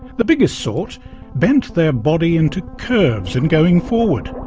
the biggest sort bent their body into curves in going forward.